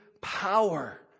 power